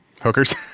hookers